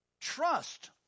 trust